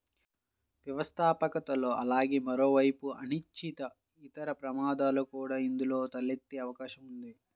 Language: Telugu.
వ్యవస్థాపకతలో అలాగే మరోవైపు అనిశ్చితి, ఇతర ప్రమాదాలు కూడా ఇందులో తలెత్తే అవకాశం ఉంది